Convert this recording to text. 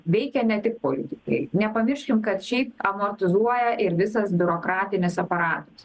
veikia ne tik politikai nepamirškim kad šiaip amortizuoja ir visas biurokratinis aparatas